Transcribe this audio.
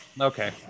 Okay